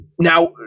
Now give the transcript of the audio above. Now